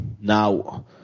Now